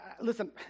Listen